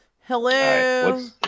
Hello